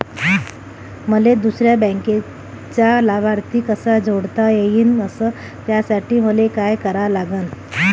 मले दुसऱ्या बँकेचा लाभार्थी कसा जोडता येईन, अस त्यासाठी मले का करा लागन?